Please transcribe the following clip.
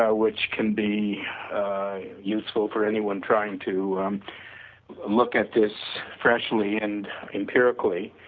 ah which can be useful for anyone trying to look at this freshly and empirically,